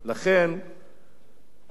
אני אסיים ואני אומר